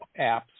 apps